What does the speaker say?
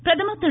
பிரதமர் திரு